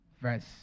verse